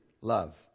love